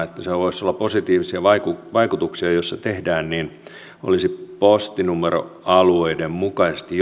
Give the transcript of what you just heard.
että kilpailulla voisi olla positiivisia vaikutuksia jos se tehdään olisi postinumeroalueiden mukaisesti